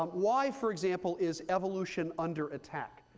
um why, for example, is evolution under attack?